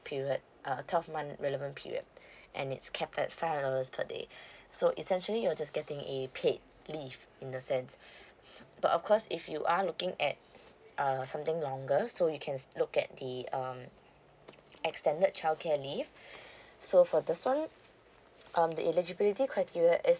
period uh twelve month relevant period and it's capped at five hundred dollars per day so essentially you're just getting a paid leave in the sense but of course if you are looking at err something longer so you can look at the um extended childcare leave so for this one um the eligibility criteria is